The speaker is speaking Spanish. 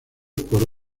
por